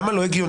למה לא הגיוני?